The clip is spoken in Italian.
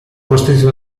costruita